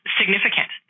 significant